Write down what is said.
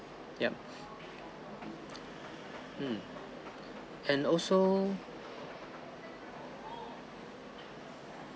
yup um and also